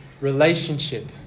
relationship